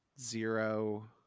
zero